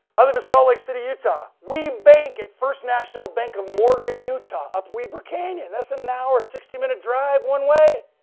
other than salt lake city utah, we bake at first national bank of morgan utah up weber cayon. and that's an hour, sixty minute drive one way.